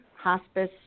hospice